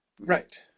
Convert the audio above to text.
Right